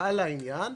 על העניין,